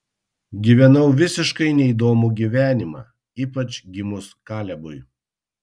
gyvenau visiškai neįdomų gyvenimą ypač gimus kalebui